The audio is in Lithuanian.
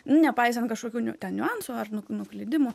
nu nepaisant kažkokių ten niuansų ar nu nuklydimų